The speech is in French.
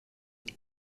elle